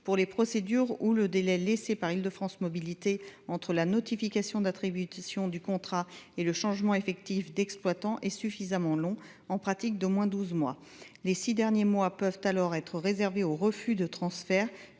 pour les procédures dans lesquelles le délai laissé par Île de France Mobilités entre la notification d’attribution du contrat et le changement effectif d’exploitant est suffisamment long – au moins douze mois, en pratique. Les six derniers mois peuvent alors être réservés au refus de transfert,